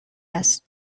است